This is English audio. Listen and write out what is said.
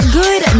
good